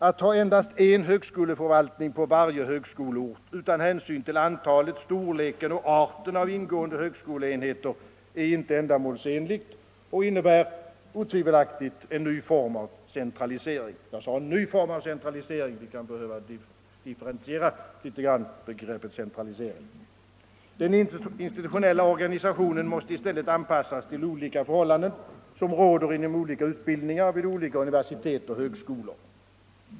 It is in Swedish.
Att ha endast en högskoleförvaltning på varje högskoleort utan hänsyn till antalet, storleken och arten av ingående högskoleenheter är inte ändamålsenligt och innebär otvivelaktigt en ny form av centralisering. Begreppet centralisering är litet differentierat. Den institutionella organisationen måste i stället anpassas till de förhållanden som råder inom olika utbildningar vid skilda universitet och högskolor.